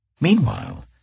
Meanwhile